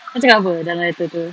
kau cakap apa dalam letter tu